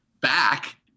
back